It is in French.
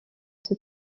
elle